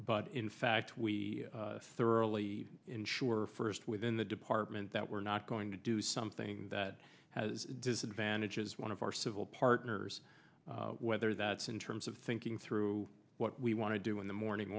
but in fact we thoroughly ensure first within the department that we're not going to do something that has disadvantages one of our civil partners whether that's in terms of thinking through what we want to do in the morning